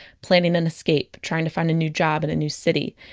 planning an escape, trying to find a new job in a new city.